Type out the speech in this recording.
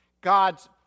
God's